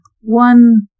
one